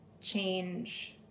change